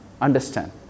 understand